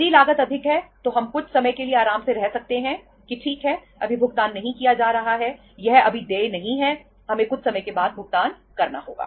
यदि लागत अधिक है तो हम कुछ समय के लिए आराम से रह सकते हैंकि ठीक है अभी भुगतान नहीं किया जा रहा है यह अभी देय नहीं है हमें कुछ समय के बाद भुगतान करना होगा